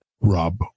Rob